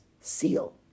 seal